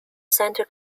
centre